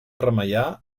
remeiar